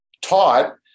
taught